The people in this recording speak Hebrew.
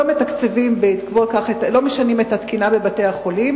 לא משנים את התקינה בבתי-החולים,